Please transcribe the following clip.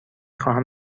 خواهم